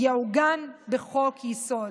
יעוגן בחוק-יסוד.